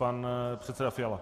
Pan předseda Fiala.